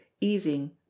easing